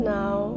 now